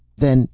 then